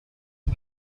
you